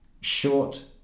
short